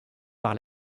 par